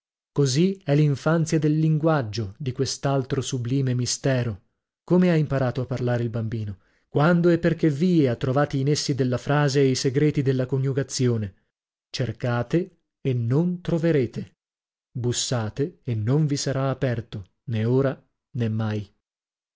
così è l'infanzia del linguaggio di quest'altro sublime mistero come ha imparato a parlare il bambino quando e per che vie ha trovati i nessi della frase e i segreti della coniugazione cercate e non troverete bussate e non vi sarà aperto nè ora nè mai